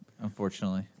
Unfortunately